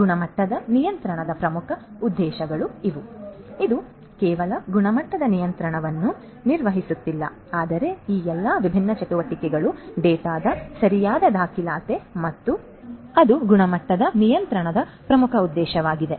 ಗುಣಮಟ್ಟದ ನಿಯಂತ್ರಣದ ಪ್ರಮುಖ ಉದ್ದೇಶಗಳು ಇವು ಇದು ಕೇವಲ ಗುಣಮಟ್ಟದ ನಿಯಂತ್ರಣವನ್ನು ನಿರ್ವಹಿಸುತ್ತಿಲ್ಲ ಆದರೆ ಈ ಎಲ್ಲಾ ವಿಭಿನ್ನ ಚಟುವಟಿಕೆಗಳ ಡೇಟಾದ ಸರಿಯಾದ ದಾಖಲಾತಿ ಮತ್ತು ಆರ್ಕೈವ್ ಆಗಿದೆ ಮತ್ತು ಅದು ಗುಣಮಟ್ಟದ ನಿಯಂತ್ರಣದ ಪ್ರಮುಖ ಉದ್ದೇಶವಾಗಿದೆ